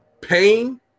pain